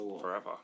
forever